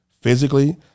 physically